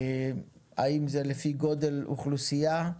האם זה לפי גודל אוכלוסייה?